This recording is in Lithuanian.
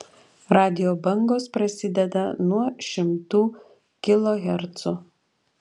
radijo bangos prasideda nuo šimtų kilohercų